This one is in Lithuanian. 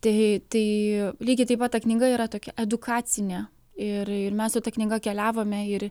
tai tai lygiai taip pat ta knyga yra tokia edukacinė ir ir mes su ta knyga keliavome ir